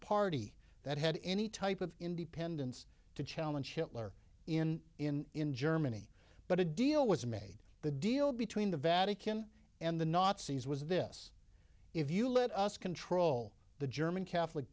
party that had any type of independence to challenge hitler in in in germany but a deal was made the deal between the vatican and the nazis was this if you let us control the german catholic